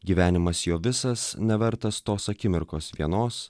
gyvenimas jo visas nevertas tos akimirkos vienos